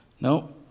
no